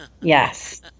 Yes